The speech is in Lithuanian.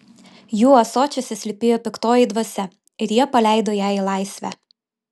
jų ąsočiuose slypėjo piktoji dvasia ir jie paleido ją į laisvę